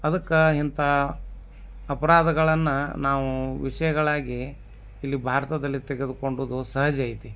ಅದಕ್ಕೆ ಇಂಥ ಅಪರಾಧಗಳನ್ನ ನಾವು ವಿಷಯಗಳಾಗಿ ಇಲ್ಲಿ ಭಾರತದಲ್ಲಿ ತೆಗೆದುಕೊಂಡಿದ್ದು ಸಹಜ ಐತಿ